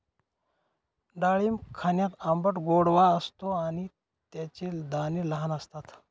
डाळिंब खाण्यात आंबट गोडवा असतो आणि त्याचे दाणे लहान असतात